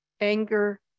anger